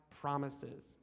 promises